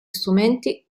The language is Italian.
strumenti